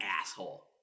asshole